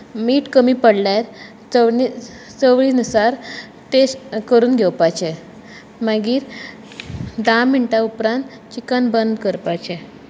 मीठ कमी पडल्यार चवळी अनुसार टॅस्ट करून घेवपाचें मागीर धा मिनटां उपरांत चिकन बंद करपाचें